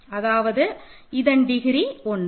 அதாவது இதன் டிகிரி 1